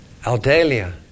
Aldelia